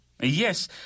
Yes